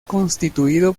constituido